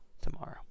tomorrow